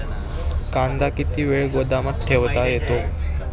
कांदा किती वेळ गोदामात ठेवता येतो?